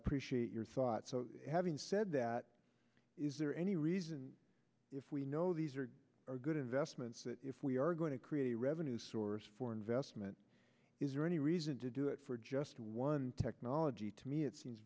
appreciate your thoughts having said that is there any reason if we know these are good investments that if we are going to create a revenue source for investment is there any reason to do it for just one technology to me it seems